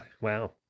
wow